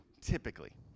typically